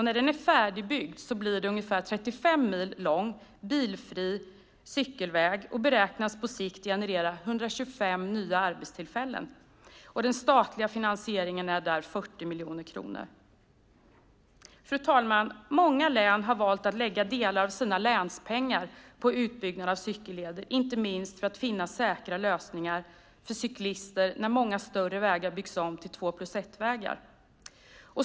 När den är färdigbyggd blir den en ungefär 35 mil lång bilfri cykelväg och beräknas på sikt generera 125 nya arbetstillfällen. Den statliga finansieringen är 40 miljoner kronor. Fru talman! Många län har valt att lägga delar av sina länspengar på utbyggnad av cykelleder, inte minst för att finna säkra lösningar för cyklister när många större vägar byggs om till två-plus-ett-vägar.